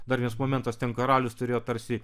dar vienas momentas ten karalius turėjo tarsi